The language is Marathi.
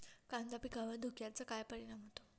कांदा पिकावर धुक्याचा काय परिणाम होतो?